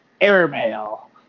airmail